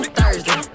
Thursday